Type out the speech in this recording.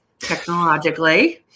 technologically